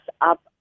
up